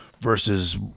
versus